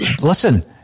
listen